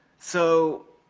so,